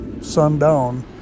sundown